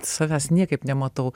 savęs niekaip nematau